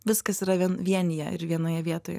viskas yra vien vienija ir vienoje vietoje